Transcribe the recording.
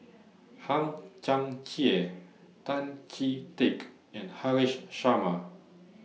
Hang Chang Chieh Tan Chee Teck and Haresh Sharma